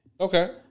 okay